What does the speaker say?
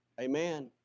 Amen